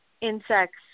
insects